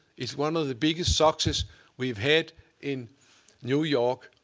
it's one of the biggest successes we've had in new york